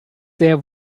sehr